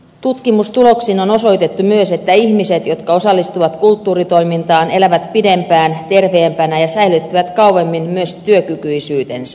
tutkimustuloksin on osoitettu myös että ihmiset jotka osallistuvat kulttuuritoimintaan elävät pidempään terveempänä ja säilyttävät kauemmin myös työkykyisyytensä